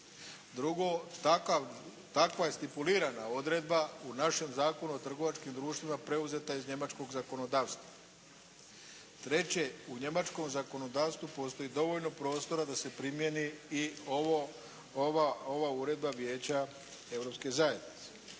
Drugo. Takva je stipulirana odredba u našem Zakonu o trgovačkim društvima preuzeta iz njemačkog zakonodavstva. Treće. U njemačkom zakonodavstvu postoji dovoljno prostora da se primjeni i ova Uredba Vijeća Europske zajednice.